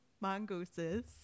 mongooses